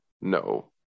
No